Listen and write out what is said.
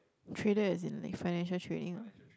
trader as in like financial trading ah